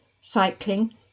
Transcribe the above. cycling